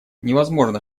невозможно